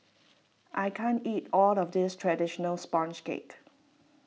I can't eat all of this Traditional Sponge Cake